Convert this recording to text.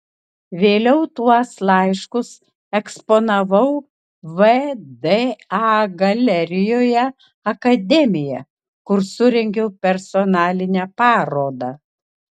vėliau tuos laiškus eksponavau vda galerijoje akademija kur surengiau personalinę parodą